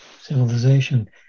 civilization